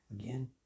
Again